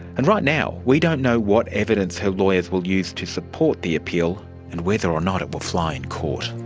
and right now we don't know what evidence her lawyers will use to support the appeal and whether or not it will fly in court.